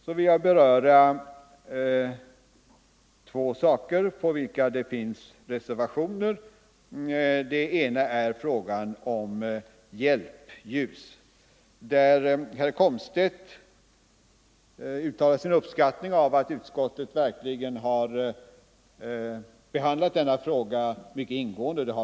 Så vill jag beröra två punkter på vilka det finns reservationer. Den ena gäller frågan om hjälpljus. Herr Komstedt uttalar sin uppskattning av att utskottet verkligen har behandlat denna fråga mycket ingående.